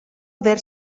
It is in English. there